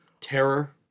Terror